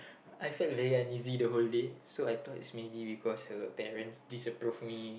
I felt very uneasy the whole day so I thought is maybe because her parents disapprove me